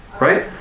right